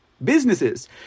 businesses